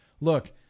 look